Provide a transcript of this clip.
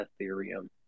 ethereum